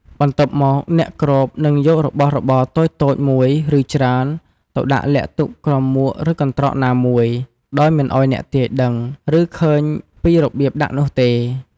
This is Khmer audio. បន្ទាប់មក អ្នកគ្របនឹងយករបស់របរតូចៗ មួយ ឬច្រើន ទៅដាក់លាក់ទុកក្រោមមួកឬកន្ត្រកណាមួយ ដោយមិនឱ្យអ្នកទាយដឹង ឬឃើញពីរបៀបដាក់នោះទេ។